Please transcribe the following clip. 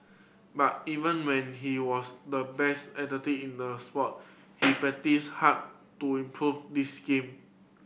but even when he was the best in the sport he practised hard to improve this game